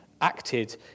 acted